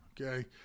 okay